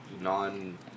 non